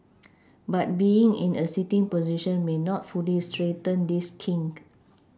but being in a sitting position may not fully straighten this kink